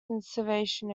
conservation